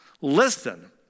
Listen